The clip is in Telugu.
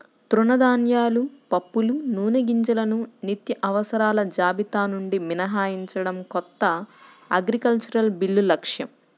తృణధాన్యాలు, పప్పులు, నూనెగింజలను నిత్యావసరాల జాబితా నుండి మినహాయించడం కొత్త అగ్రికల్చరల్ బిల్లు లక్ష్యం